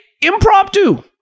Impromptu